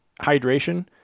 hydration